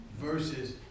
Versus